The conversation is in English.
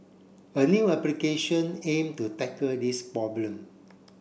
a new application aim to tackle this problem